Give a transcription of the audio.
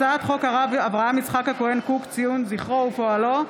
הצעת חוק הרב אברהם יצחק הכהן קוק (ציון זכרו ופועלו),